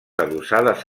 adossades